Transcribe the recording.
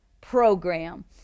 program